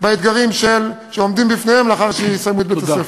באתגרים העומדים בפניהם לאחר שיסיימו את בית-הספר.